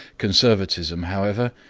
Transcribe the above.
conservatism, however,